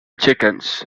chickens